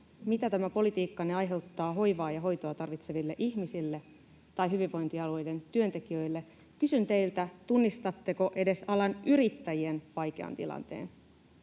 mitä tämä politiikkanne aiheuttaa hoivaa ja hoitoa tarvitseville ihmisille tai hyvinvointialueiden työntekijöille, kysyn teiltä: tunnistatteko edes alan yrittäjien vaikean tilanteen?